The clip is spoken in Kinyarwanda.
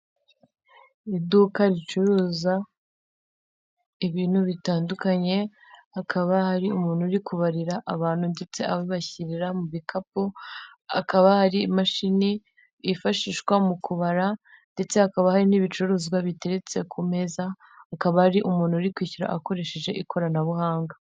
Iduka ricuruza ibintu bitandukanye akaba hari umuntu uri kubarira abantu ndetse abibashyirira mu bikapu hakaba hari imashini yifashishwa mu kubara, ndetse hakaba hari n'ibicuruzwa biteretse ku meza, hakaba hari n'umuntu uri kwishyura akoresheje ikoranabuhanga.